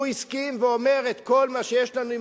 והוא הסכים ואמר: את כל מה שיש לנו עם